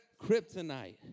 Kryptonite